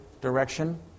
direction